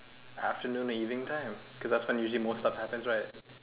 afternoon or evening time cause after usually most that happens right